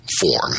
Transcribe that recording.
form